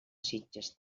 sitges